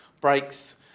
breaks